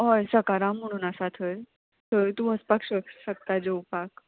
हय सकाराम म्हणून आसा थंय थंय तूं वचपाक शक शकता जेवपाक